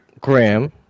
Graham